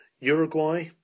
Uruguay